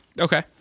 Okay